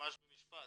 ממש במשפט.